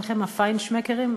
ה"פיינשמקרים"?